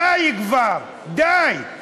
די כבר, די.